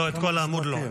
לא, את כל העמוד לא.